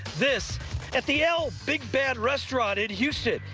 this at the l big bad restaurant in houston.